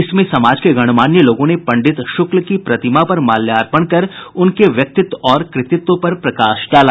इसमें समाज के गणमान्य लोगों ने पंडित शुक्ल की प्रतिमा पर माल्यापर्ण कर उनके व्यक्तित्व और कृतित्व पर प्रकाश डाला